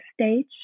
stage